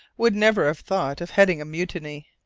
would never have thought of heading a mutiny.